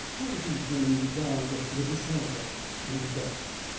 how would these women regard the disorder and the dust?